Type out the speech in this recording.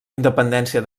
independència